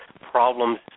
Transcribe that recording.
problems